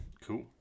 Cool